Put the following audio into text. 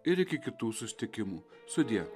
ir iki kitų susitikimų sudie